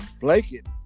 blanket